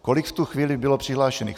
Kolik v tu chvíli bylo přihlášených?